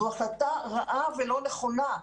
זו החלטה רעה ולא נכונה.